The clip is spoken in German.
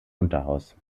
unterhaus